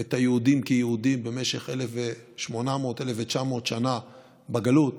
את היהודים כיהודים במשך 1,900-1,800 שנה בגלות